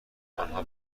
آنها